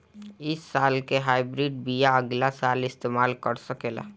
इ साल के हाइब्रिड बीया अगिला साल इस्तेमाल कर सकेला?